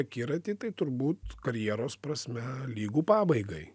akiratį tai turbūt karjeros prasme lygu pabaigai